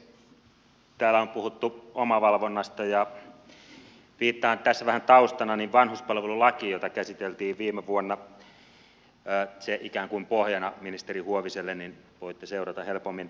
täällä on puhuttu omavalvonnasta ja viittaan tässä vähän taustana vanhuspalvelulakiin jota käsiteltiin viime vuonna se ikään kuin pohjana ministeri huoviselle niin voitte seurata helpommin